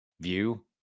view